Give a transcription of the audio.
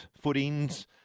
footings